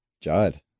Judd